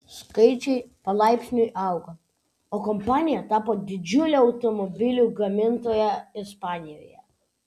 skaičiai palaipsniui augo o kompanija tapo didžiule automobilių gamintoja ispanijoje